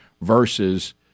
versus